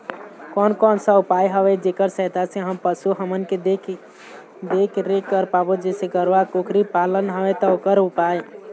कोन कौन सा उपाय हवे जेकर सहायता से हम पशु हमन के देख देख रेख कर पाबो जैसे गरवा कुकरी पालना हवे ता ओकर उपाय?